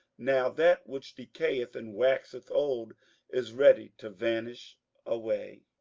now that which decayeth and waxeth old is ready to vanish away.